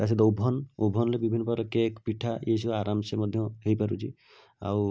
ତା ସହିତ ଓଭନ୍ ଓଭନ୍ରେ ବିଭିନ୍ନ ପ୍ରକାର କେକ୍ ପିଠା ଏଇସବୁ ଆରାମସେ ମଧ୍ୟ ହେଇପାରୁଛି ଆଉ